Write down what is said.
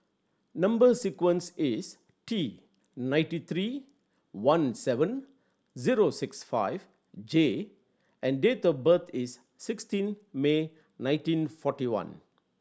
number sequence is T nineteen three one seven zero six five J and date of birth is sixteen May nineteen forty one